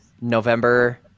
November